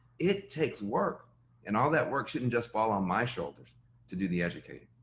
it takes work and all that work shouldn't just fall on my shoulders to do the educating.